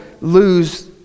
lose